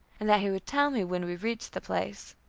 and that he would tell me when we reached the place.